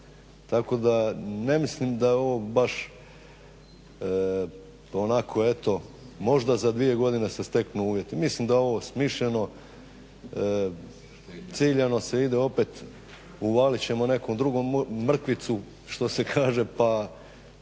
Tako da ne mislim da ovo baš onako eto možda za dvije godine se steknu uvjeti, mislim da je ovo smišljeno, ciljano se ide opet, uvalit ćemo nekom drugom mrkvicu što se kaže pa